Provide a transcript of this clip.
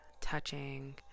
touching